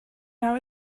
now